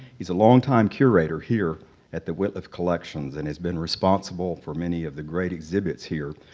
he's a longtime curator here at the wittliff collections and has been responsible for many of the great exhibits here,